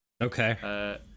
Okay